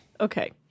Okay